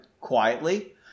quietly